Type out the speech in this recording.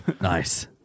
Nice